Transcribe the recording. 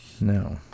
no